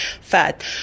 fat